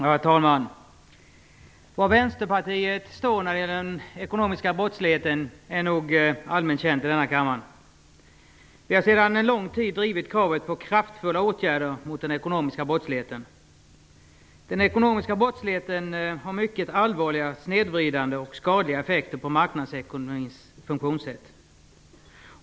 Herr talman! Var Vänsterpartiet står när det gäller den ekonomiska brottsligheten är nog allmänt känt i denna kammare. Vi har sedan lång tid drivit kravet på kraftfulla åtgärder mot den ekonomiska brottsligheten. Den ekonomiska brottsligheten har mycket allvarliga snedvridande och skadliga effekter på marknadsekonomins funktionssätt.